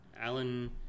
Alan